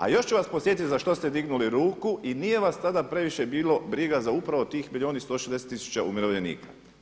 A još ću vas podsjetiti za što ste dignuli ruku i nije vas tada previše bilo briga za upravo tih milijun i 160 tisuća umirovljenika.